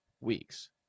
weeks